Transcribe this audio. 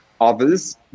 others